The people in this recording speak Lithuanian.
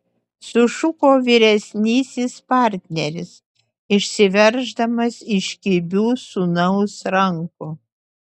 sušuko vyresnysis partneris išsiverždamas iš kibių sūnaus rankų